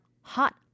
hot